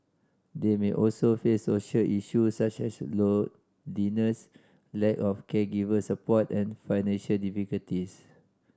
they may also face social issues such as loneliness lack of caregiver support and financial difficulties